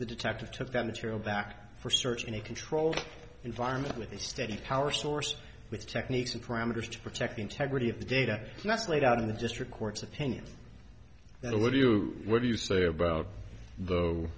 the detective took that material back for search in a controlled environment with a steady power source with techniques and parameters to protect the integrity of the data that's laid out in the district court's opinion and the letter you what do you say about though